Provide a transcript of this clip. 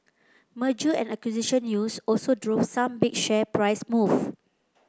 merger and acquisition news also drove some big share price moves